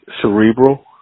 cerebral